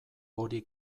hori